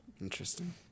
Interesting